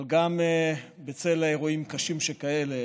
אבל גם בצל אירועים קשים שכאלה